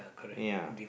ya